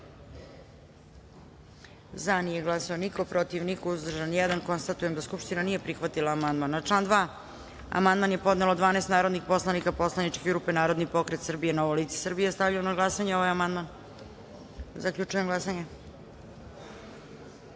glasanje: za – niko, protiv – niko, uzdržan – jedan. Konstatujem da Skupština nije prihvatila ovaj amandman. Na član 18. amandman je podnelo 12 narodnih poslanika poslaničke grupe Narodni pokret Srbije – Novo lice Srbije. Stavljam na glasanje ovaj amandman. Zaključujem glasanje: